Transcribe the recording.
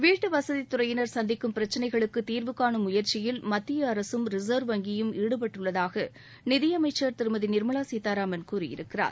வீட்டு வசதித் துறையினர் சந்திக்கும் பிரச்சினைகளுக்கு தீர்வு காணும் முயற்சியில் மத்திய அரசும் ரிசர்வ் வங்கியும் ஈடுபட்டுள்ளதாக நிதியமைச்சர் திருமதி நிர்மலா சீதாராமன் கூறியிருக்கிறார்